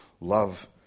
love